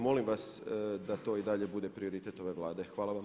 Molim vas da to i dalje bude prioritet ove Vlade.